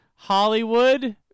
Hollywood